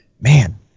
man